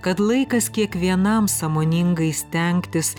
kad laikas kiekvienam sąmoningai stengtis